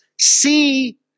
see